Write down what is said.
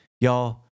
Y'all